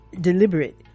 deliberate